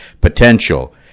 potential